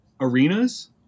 arenas